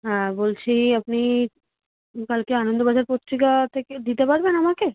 হ্যাঁ বলছি আপনি কালকে আনন্দবাজার পত্রিকা থেকে দিতে পারবেন আমাকে